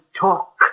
talk